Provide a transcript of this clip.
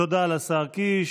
תודה לשר קיש.